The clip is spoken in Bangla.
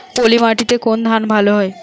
পলিমাটিতে কোন ধান ভালো হয়?